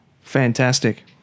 fantastic